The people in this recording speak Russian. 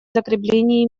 закреплении